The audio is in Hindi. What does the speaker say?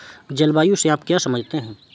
जलवायु से आप क्या समझते हैं?